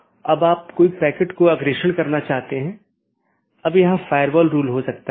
इसलिए दूरस्थ सहकर्मी से जुड़ी राउटिंग टेबल प्रविष्टियाँ अंत में अवैध घोषित करके अन्य साथियों को सूचित किया जाता है